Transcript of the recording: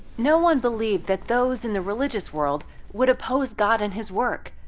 no one believed that those in the religious world would oppose god and his work,